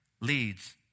leads